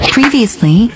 Previously